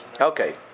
Okay